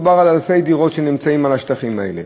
מדובר על אלפי דירות שנמצאות על השטחים האלה.